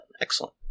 Excellent